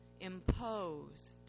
imposed